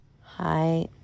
hi